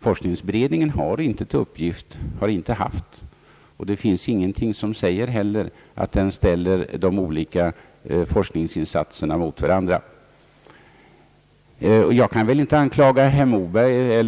Forskningsberedningen har inte haft till uppgift att ställa de olika forskningsinstanserna mot varandra, och det finns heller ingenting som säger att den gör det. Jag kan väl inte anklaga